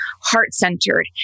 heart-centered